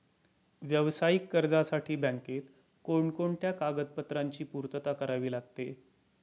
व्यावसायिक कर्जासाठी बँकेत कोणकोणत्या कागदपत्रांची पूर्तता करावी लागते?